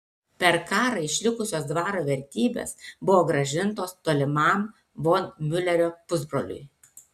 per karą išlikusios dvaro vertybės buvo grąžintos tolimam von miulerio pusbroliui